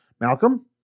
Malcolm